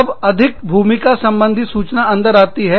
तब अधिक भूमिका संबंधी सूचना अंदर आती है